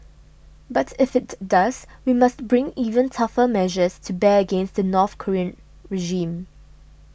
but if it does we must bring even tougher measures to bear against the North Korean regime